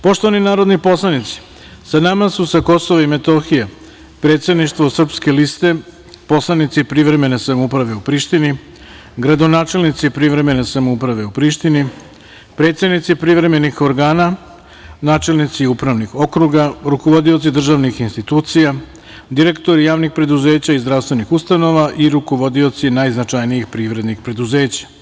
Poštovani narodni poslanici sa nama su sa Kosova i Metohije predsedništvo Srpske liste, poslanici Privremene samouprave u Prištini, gradonačelnici privremene samouprave u Prištini, predsednici Privremenih organa, načelnici upravnih okruga, rukovodioci državnih institucija, direktori javnih preduzeća i zdravstvenih ustanova i rukovodioci najznačajnijih privrednih preduzeća.